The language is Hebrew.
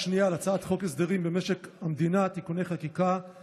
במצב דברים זה,